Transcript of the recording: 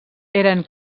eren